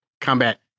combat